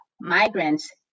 migrants